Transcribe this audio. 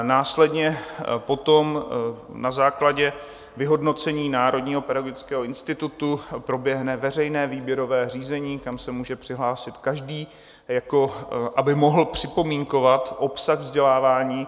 Následně potom na základě vyhodnocení Národního pedagogického institutu proběhne veřejné výběrové řízení, kam se může přihlásit každý, aby mohl připomínkovat obsah vzdělávání.